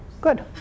Good